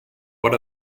what